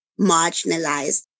marginalized